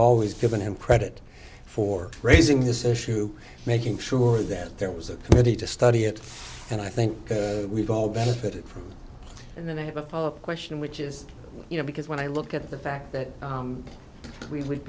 always given him credit for raising this issue making sure that there was a committee to study it and i think we've all benefited from and then i have a follow up question which is you know because when i look at the fact that we would